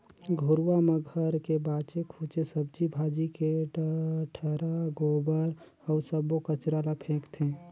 घुरूवा म घर के बाचे खुचे सब्जी भाजी के डठरा, गोबर अउ सब्बो कचरा ल फेकथें